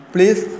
Please